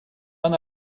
она